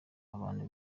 abantu